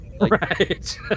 Right